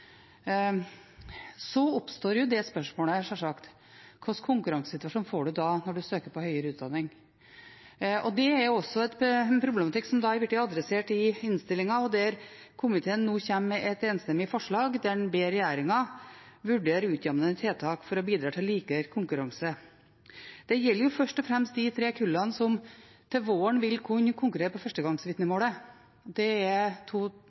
Så oppstår selvsagt spørsmålet om hvilken konkurransesituasjon en da får når en søker på høyere utdanning. Det er også en problematikk som er blitt tatt opp i innstillingen, og der komiteen nå kommer med et enstemmig forslag om å be regjeringen vurdere utjevnende tiltak for å bidra til likere konkurranse. Det gjelder først og fremst de tre kullene som til våren vil kunne konkurrere på førstegangsvitnemålet – 2019, 2020 og 2021. Det er